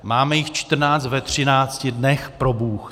Máme jich 14 ve 13 dnech, probůh.